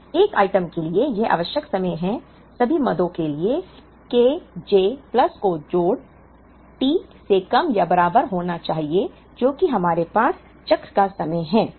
तो 1 आइटम के लिए यह आवश्यक समय है सभी मदों के लिए Kj प्लस का जोड़ T से कम या बराबर होना चाहिए जो कि हमारे पास चक्र का समय है